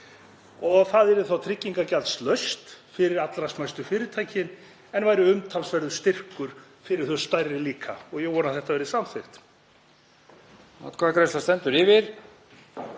Það yrði þá tryggingagjaldslaust fyrir allra smæstu fyrirtækin en væri umtalsverður styrkur fyrir þau stærri líka. Ég vona að þetta verði samþykkt.